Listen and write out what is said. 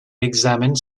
examined